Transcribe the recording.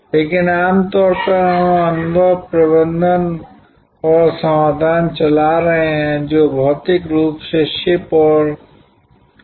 लेकिन आम तौर पर हम अनुभव प्रदर्शन और समाधान चला रहे हैं जो भौतिक रूप से शिप और संग्रहीत नहीं हैं